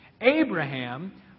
Abraham